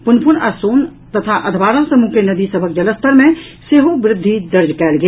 पुनपुन आ सोन तथा अधवारा समूह के नदी सभक जलस्तर मे सेहो वृद्धि दर्ज कयल गेल